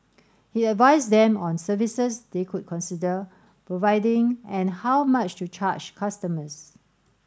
he advised them on services they could consider providing and how much to charge customers